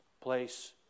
place